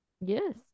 Yes